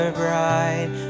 bride